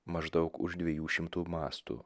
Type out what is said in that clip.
maždaug už dviejų šimtų mastų